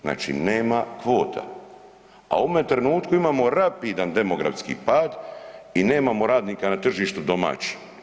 Znači nema kvota, a u ovome trenutku imamo rapidan demografski pad i nemamo radnika na tržištu domaćih.